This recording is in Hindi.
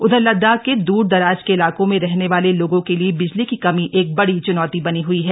उधर लद्दाख के दूर दराज के इलाकों में रहने वाले लोगों के लिए बिजली की कमी एक बड़ी चुनौती बनी हुई है